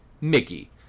Mickey